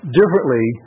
differently